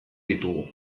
ditugu